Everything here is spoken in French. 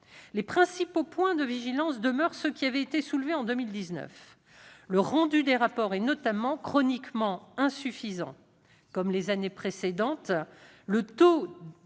Les principaux points de vigilance demeurent ceux qui avaient été soulevés en 2019. Le rendu des rapports est notamment chroniquement insuffisant : comme les années précédentes, le taux de dépôt